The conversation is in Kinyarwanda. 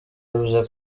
yavuze